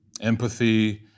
empathy